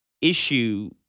issue